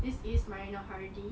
this is marina hardi